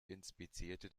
inspizierte